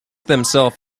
themselves